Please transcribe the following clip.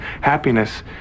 Happiness